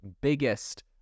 biggest